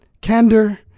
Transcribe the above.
candor